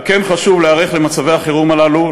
על כן חשוב להיערך למצבי החירום הללו.